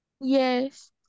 Yes